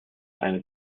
eine